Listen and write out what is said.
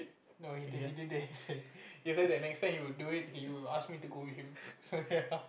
no he did it again he say that next time he will do it he will ask me to go with him so ya